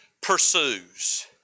pursues